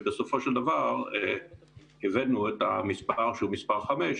שבסופו של דבר הבאנו את המספר שהוא מספר חמש,